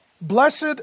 Blessed